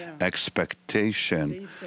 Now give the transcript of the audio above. expectation